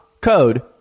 code